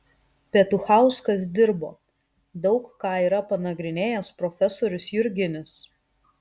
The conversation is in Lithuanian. petuchauskas dirbo daug ką yra panagrinėjęs profesorius jurginis